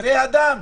פראי אדם.